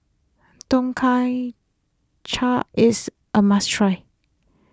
Tom Kha chia is a must try